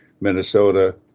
Minnesota